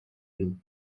nom